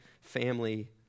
family